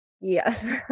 Yes